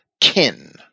kin